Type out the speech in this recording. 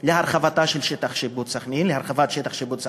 להרחבת שטח השיפוט של סח'נין.